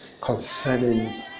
concerning